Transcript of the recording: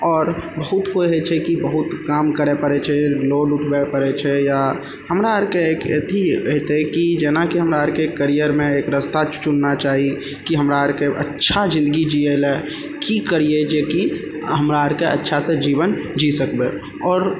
आओर बहुत कोइ होइ छै कि बहुत काम करै पड़ै छै लोन उठबै पड़ै छै या हमरा आरके एक अथी हेतै कि जेना कि हमरा आरके करियरमे एक रास्ता चुनना चाही कि हमरा आरके अच्छा जिन्दगी जियै लए की करियै जे कि हमरा आरके अच्छा से जीवन जी सकबै आओर